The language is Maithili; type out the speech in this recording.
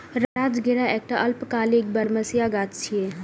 राजगिरा एकटा अल्पकालिक बरमसिया गाछ छियै